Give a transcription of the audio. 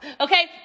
Okay